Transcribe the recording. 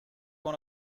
one